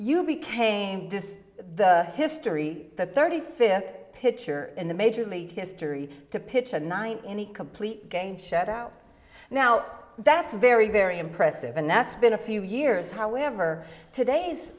you became this the history the thirty fifth pitcher in the major league history to pitch a nine any complete game shutout now that's very very impressive and that's been a few years however today's